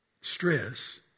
stress